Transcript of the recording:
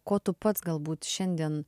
ko tu pats galbūt šiandien